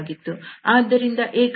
ಆದ್ದರಿಂದ ಏಕಾಂಶ ಲಂಬ ವು k ಆಗಿತ್ತು